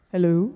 Hello